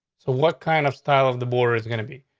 so what kind of style of the border is gonna be?